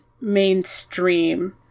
mainstream